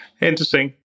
Interesting